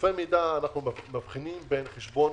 בחילופי המידע אנחנו מבחינים בין חשבון